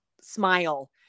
smile